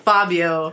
Fabio